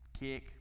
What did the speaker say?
kick